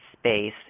space